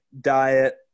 diet